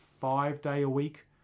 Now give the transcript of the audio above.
five-day-a-week